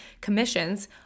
commissions